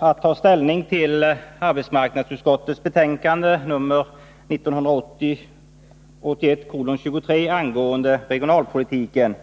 att ta ställning till arbetsmarknadsutskottets betänkande 1980/81:23 angående regionalpolitiken.